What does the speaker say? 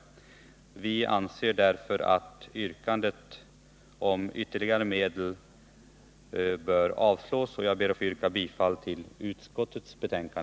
Motionsyrkandet om ytterligare medel till det ekonomiska försvaret bör därför avslås. Herr talman! Jag ber att få yrka bifall till utskottets hemställan.